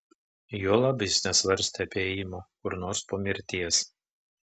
juolab jis nesvarstė apie ėjimą kur nors po mirties